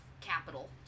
capital